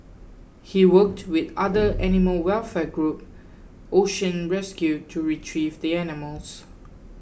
he worked with other animal welfare group Ocean Rescue to retrieve the animals